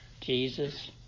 Jesus